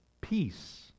peace